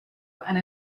and